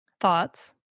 Thoughts